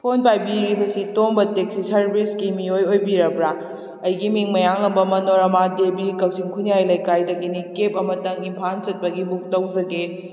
phone ꯄꯥꯏꯕꯤꯔꯤꯕꯁꯤ ꯇꯣꯝꯕ taxi ꯁꯥꯔꯕꯤꯁꯀꯤ ꯃꯤꯑꯣꯏ ꯑꯣꯏꯕꯤꯔꯕ꯭ꯔꯥ ꯑꯩꯒꯤ ꯃꯤꯡ ꯃꯌꯥꯡꯂꯝꯕꯝ ꯃꯅꯣꯔꯃꯥ ꯗꯦꯕꯤ ꯀꯛꯆꯤꯡ ꯈꯨꯟꯋꯥꯏ ꯂꯩꯀꯥꯏꯗꯒꯤꯅꯤ ꯀꯦꯕ ꯑꯃꯇꯪ ꯏꯝꯐꯥꯜ ꯆꯠꯄꯒꯤ ꯕꯨꯛ ꯇꯧꯖꯒꯦ